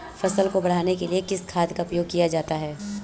फसल को बढ़ाने के लिए किस खाद का प्रयोग किया जाता है?